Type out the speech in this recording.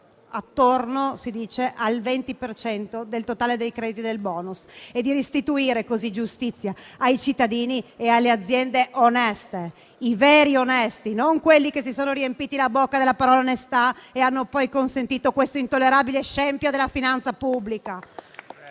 attorno al 20 per cento del totale dei crediti del *bonus*, e di restituire così giustizia ai cittadini e alle aziende oneste, i veri onesti, non quelli che si sono riempiti la bocca della parola «onestà» e hanno poi consentito questo intollerabile scempio della finanza pubblica.